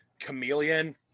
Chameleon